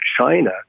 China